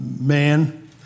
man